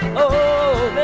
oh